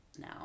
now